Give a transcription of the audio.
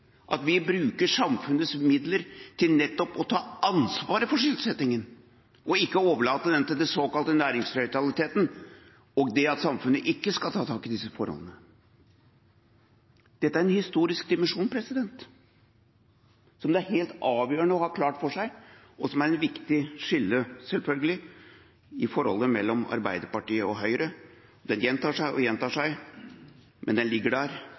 fordi vi bruker samfunnets midler til nettopp å ta ansvar for sysselsettingen og ikke overlater den til den såkalte næringsnøytraliteten og det at samfunnet ikke skal ta tak i disse forholdene. Dette er en historisk dimensjon som det er helt avgjørende å ha klart for seg, og som er et viktig skille, selvfølgelig, i forholdet mellom Arbeiderpartiet og Høyre. Det gjentar seg og gjentar seg, men det ligger der,